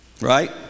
Right